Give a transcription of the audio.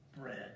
bread